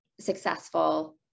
successful